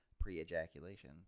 pre-ejaculation